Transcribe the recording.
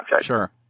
Sure